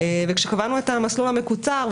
כשקבענו את המסלול המקוצר,